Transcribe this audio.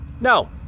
No